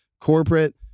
corporate